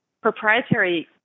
proprietary